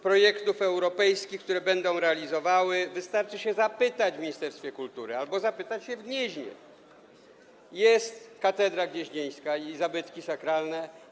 projektów europejskich, które będą realizowane - wystarczy zapytać w ministerstwie kultury albo zapytać w Gnieźnie - jest katedra gnieźnieńska i zabytki sakralne.